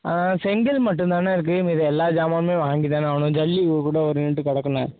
ஆ செங்கல் மட்டும்தாண்ண இருக்குது மீதி எல்லா ஜாமானும் வாங்கிதாண்ண ஆகணும் ஜல்லி கூட ஒரு யூனிட்டு கிடக்குண்ண